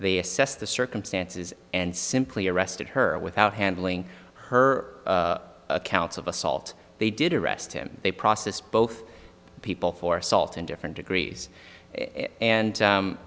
the assess the circumstances and simply arrested her without handling her counts of assault they did arrest him they process both people for assault in different degrees and